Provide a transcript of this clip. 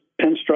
pinstripes